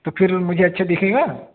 تو پھر مجھے اچھا دکھے گا